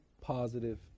positive